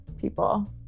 people